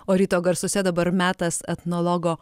o ryto garsuose dabar metas etnologo